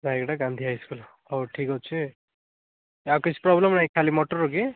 ନାଇଁ ଏଇଟା ଗାନ୍ଧୀ ହାଇସ୍କୁଲ୍ ହଉ ଠିକ୍ ଅଛି ଆଉ କିଛି ପ୍ରୋବ୍ଲେମ୍ ନାଇଁ ଖାଲି ମଟର କି